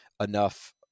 enough